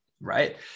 right